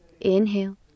inhale